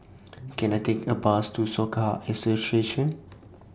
Can I Take A Bus to Soka Association